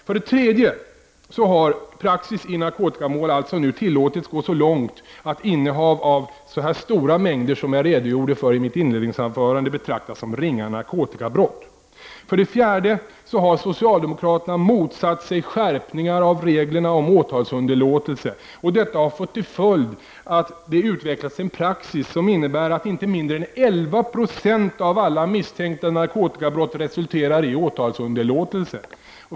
För det tredje har praxis i narkotikamål nu tillåtits gå så långt att innehav av så stora mängder som jag redogjorde för i mitt inledningsanförande betraktas som ringa narkotikabrott. För det fjärde har socialdemokraterna motsatt sig skärpningar av reglerna om åtalsunderlåtelse, och detta har fått till följd att det utvecklats en praxis som innebär att inte mindre än 11 96 av alla misstänkta narkotikabrott resulterar i åtalsunderlåtelse.